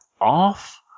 off